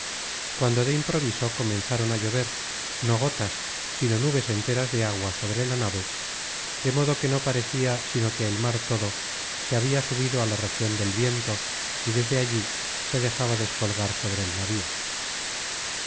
cuando de improviso comenzaron á llover no gotas sino nubes enteras de agua sobre la nave de modo que no parecia sino que el mar todo se habia subido á la region del viento y desde allí se dejaba descolgar sobre el navío